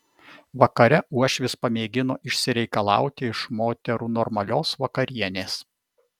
vakare uošvis pamėgino išsireikalauti iš moterų normalios vakarienės